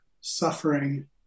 suffering